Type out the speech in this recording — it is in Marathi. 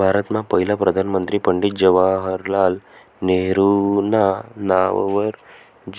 भारतमा पहिला प्रधानमंत्री पंडित जवाहरलाल नेहरू नेहरूना नाववर